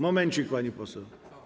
Momencik, pani poseł.